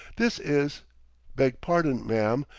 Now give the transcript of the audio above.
this is beg pardon, ma'am,